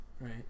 Right